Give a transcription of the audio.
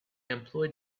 employed